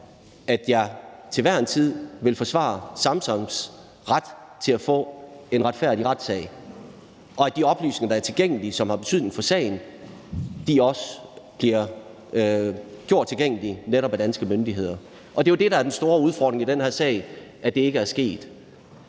at jeg til hver en tid vil forsvare Samsams ret til at få en retfærdig retssag, og at de oplysninger, der er tilgængelige, og som har betydning for sagen, også bliver gjort tilgængelige af netop danske myndigheder. Det er jo det, der er den store udfordring i den her sag, nemlig at det ikke er sket.